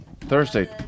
Thursday